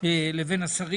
לבין השרים.